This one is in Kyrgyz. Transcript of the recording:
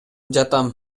жатам